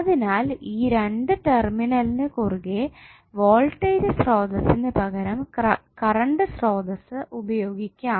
അതിനാൽ ഈ രണ്ടു ടെർമിനലിന് കുറുകെ വോൾടേജ് സ്രോതസിനു പകരം കറണ്ട് സ്രോതസ്സ് പ്രയോഗിക്കാം